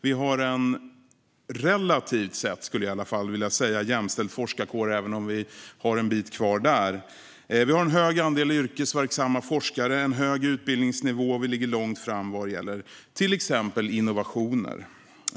Vi har en relativt sett jämställd forskarkår, skulle jag vilja säga, även om vi har en bit kvar där. Vi har en hög andel yrkesverksamma forskare och hög utbildningsnivå, och vi ligger långt fram vad gäller till exempel innovationer.